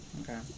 Okay